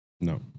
No